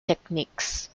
techniques